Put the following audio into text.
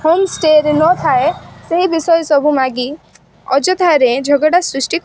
home ଷ୍ଟେ'ରେ ନଥାଏ ସେହି ବିଷୟ ସବୁ ମାଗି ଅଯଥାରେ ଝଗଡ଼ା ସୃଷ୍ଟି